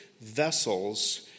vessels